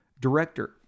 director